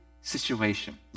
situation